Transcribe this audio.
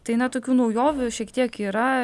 tai na tokių naujovių šiek tiek yra